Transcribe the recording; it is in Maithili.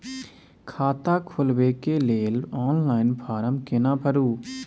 खाता खोलबेके लेल ऑनलाइन फारम केना भरु?